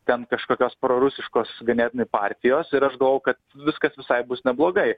ten kažkokios prorusiškos ganėtinai partijos ir aš galvou kad viskas visai bus neblogai